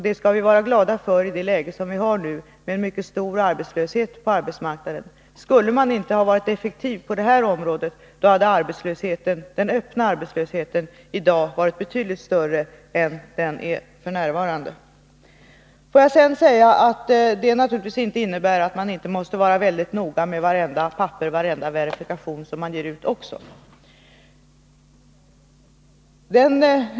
Det skall vi vara glada för i det läge som vi har f. n. med en mycket stor arbetslöshet. Om verket inte hade varit effektivt på det Nr 48 här området, hade den öppna arbetslösheten i dag varit betydligt större än Måndagen de den är. Detta får naturligtvis inte innebära att man inte också måste vara 13 december 1982 mycket noga med vartenda papper och varenda verifikation på vad man ger ut.